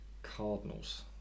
Cardinals